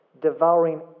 devouring